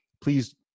Please